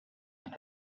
and